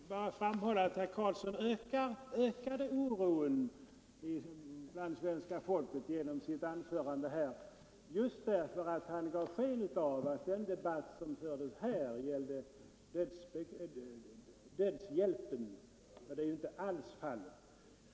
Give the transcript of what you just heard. Herr talman! Jag vill bara framhålla att herr Karlsson i Huskvarna nu ökade oron bland det svenska folket genom sitt anförande. Han gav sken av att den debatt som förs här gäller dödshjälpen, och det är ju inte alls fallet.